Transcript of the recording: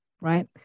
right